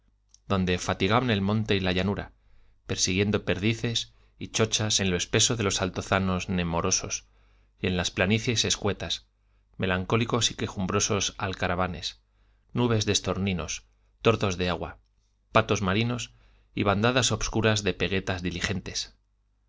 donde fatigaban el monte y la llanura persiguiendo perdices y chochas en lo espeso de los altozanos nemorosos y en las planicies escuetas melancólicos y quejumbrosos alcaravanes nubes de estorninos tordos de agua patos marinos y bandadas obscuras de peguetas diligentes